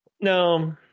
no